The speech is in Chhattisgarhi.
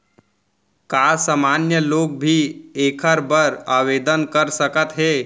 का सामान्य लोग भी एखर बर आवदेन कर सकत हे?